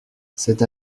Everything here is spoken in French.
cette